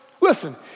Listen